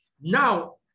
Now